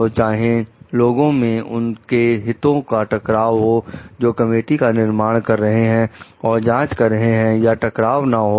तो चाहे लोगों में उनके हितों का टकराव हो जो कमेटी का निर्माण कर रहे हैं और जांच कर रहे हैं या टकराव ना हो